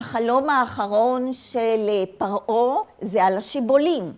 חלום האחרון של פרעה זה על השיבולים.